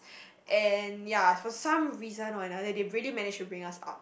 and ya for some reason or another they really manage to bring us up